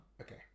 Okay